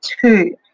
two